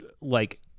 like-